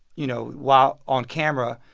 you know, while on camera.